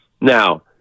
Now